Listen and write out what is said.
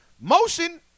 Motion